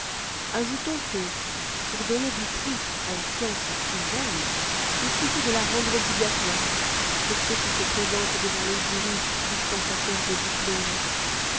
ajoutons que pour donner du prix à la science la plus vaine il suffit de la rendre obligatoire pour ceux qui se présentent devant les jurys dispensateurs de diplômes